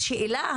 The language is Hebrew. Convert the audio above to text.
השאלה היא